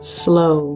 slow